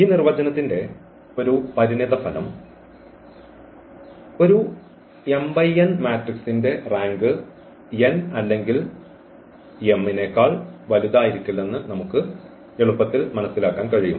ഈ നിർവചനത്തിന്റെ ഒരു പരിണിതഫലം ഒരു m × n മാട്രിക്സിന്റെ റാങ്ക് n അല്ലെങ്കിൽ m നേക്കാൾ വലുതായിരിക്കില്ലെന്ന് നമുക്ക് എളുപ്പത്തിൽ മനസ്സിലാക്കാൻ കഴിയും